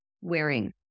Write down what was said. wearing